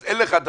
זה לא נכון,